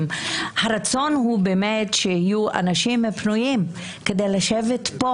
הרצון הוא שיהיו אנשים פנויים כדי לשבת פה